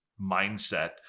mindset